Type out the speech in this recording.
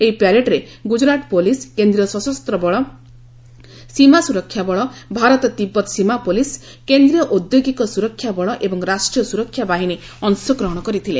ଏହି ପ୍ୟାରେଡ୍ରେ ଗୁଜରାଟ ପୋଲିସ୍ କେନ୍ଦ୍ରୀୟ ସଶସ୍ତ ବଳ ସୀମା ସୁରକ୍ଷାବଳ ଭାରତ ତିବ୍ଦତ ସୀମା ପୁଲିସ୍ କେନ୍ଦ୍ରୀୟ ଔଦ୍ୟୋଗୀକ ସୁରକ୍ଷାବଳ ଏବଂ ରାଷ୍ଟ୍ରୀୟ ସୁରକ୍ଷା ବାହିନୀ ଅଂଶଗ୍ରହଣ କରିଥିଲେ